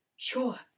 Sure